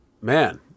Man